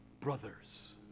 brothers